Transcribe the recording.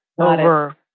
over